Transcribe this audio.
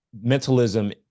mentalism